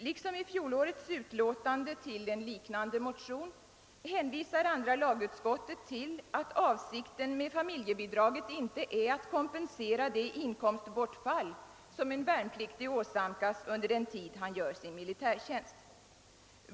Liksom i fjolårets utlåtande över en liknande motion hänvisar andra lagutskottet till att avsikten med familjebidraget inte är att kompensera det inkomstbortfall som en värnpliktig åsamkas under den tid han gör sin militärtjänst.